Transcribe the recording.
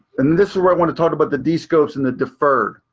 and this is where i want to talk about the descopes and the deffered.